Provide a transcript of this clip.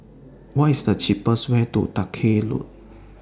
What IS The cheapest Way to Dalkeith Road